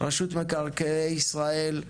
רשות מקרקעי ישראל,